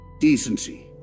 decency